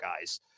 guys